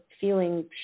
feeling